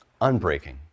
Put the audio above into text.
unbreaking